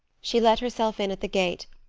she let herself in at the gate,